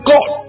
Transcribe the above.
God